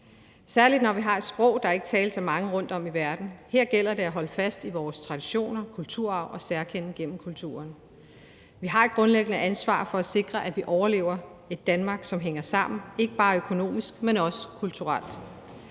særlig når vi har et sprog, der ikke tales af mange rundtom i verden, så her gælder det om at holde fast i vores traditioner, kulturarv og særkende igennem kulturen. Vi har et grundlæggende ansvar for at sikre, at vi overlever, for at sikre et Danmark, som hænger sammen, ikke bare økonomisk, men også kulturelt.